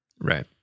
Right